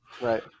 right